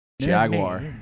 Jaguar